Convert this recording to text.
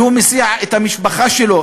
הוא מסיע את המשפחה שלו.